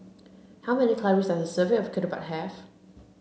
how many calories does a serving of Ketupat have